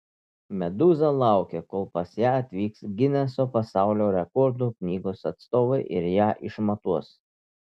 medūza laukia kol pas ją atvyks gineso pasaulio rekordų knygos atstovai ir ją išmatuos